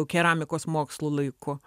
keramikos mokslų laiku